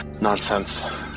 Nonsense